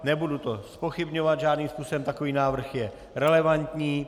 Nebudu to zpochybňovat žádným způsobem, takový návrh je relevantní.